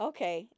Okay